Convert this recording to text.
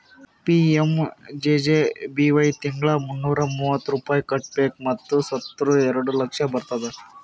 PMJJBY ತಿಂಗಳಾ ಮುನ್ನೂರಾ ಮೂವತ್ತು ರೂಪಾಯಿ ಕಟ್ಬೇಕ್ ಮತ್ ಸತ್ತುರ್ ಎರಡ ಲಕ್ಷ ಬರ್ತುದ್